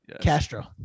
Castro